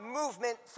movement